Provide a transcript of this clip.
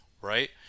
right